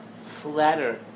flatter